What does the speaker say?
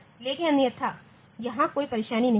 लेकिन अन्यथा यहां कोई परेशानी नहीं है